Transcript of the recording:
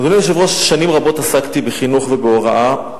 אדוני היושב-ראש, שנים רבות עסקתי בחינוך ובהוראה.